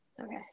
Okay